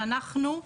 שאנחנו,